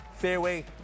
fairway